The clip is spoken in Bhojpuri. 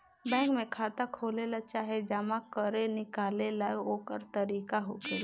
बैंक में खाता खोलेला चाहे जमा करे निकाले ला ओकर तरीका होखेला